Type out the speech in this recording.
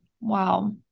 wow